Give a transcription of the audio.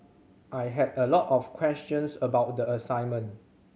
I had a lot of questions about the assignment